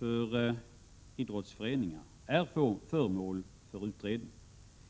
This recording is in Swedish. av idrottsföreningar är föremål för utredning.